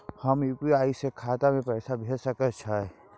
हम यु.पी.आई से खाता में भी पैसा भेज सके छियै?